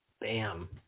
Bam